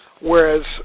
whereas